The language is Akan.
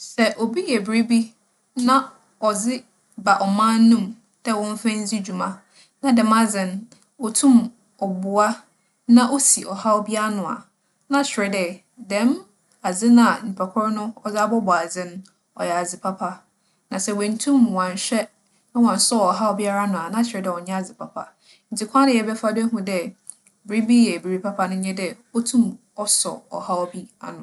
Sɛ obi yɛ biribi na ͻdze ba ͻman no mu dɛ wͻmfa ndzi dwuma, na dɛm adze no, otum ͻboa na osi ͻhaw bi ano a, na kyerɛ dɛ, dɛm adze no a nyimpakor no ͻdze abͻbͻ adze no, ͻyɛ adze papa. Na sɛ oenntum ͻannhwɛ na ͻannsͻw ͻhaw biara ano a na kyerɛ dɛ ͻnnyɛ adze papa. Ntsi kwan a yɛbɛfa do ehu dɛ biribi yɛ biribi papa nye dɛ otum ͻsͻw biribi ano.